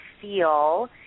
feel